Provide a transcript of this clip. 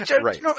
Right